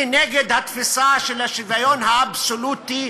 אני נגד התפיסה של השוויון האבסולוטי,